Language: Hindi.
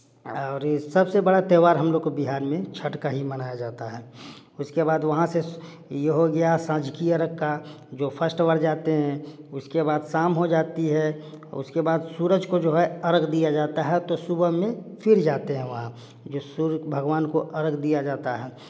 और यह सबसे बड़ा त्यौहार हम लोगों के बिहार में छठ का ही मनाया जाता है उसके बाद वहाँ से ये हो गया सांजगीरक का जो फर्स्ट बार जाते हैं उसके बाद शाम हो जाती है उसके बाद सूरज को जो अर्घ दिया जाता है तो सुबह में फिर जाते हैं वहाँ जो सूर्य भगवान को अर्घ दिया जाता है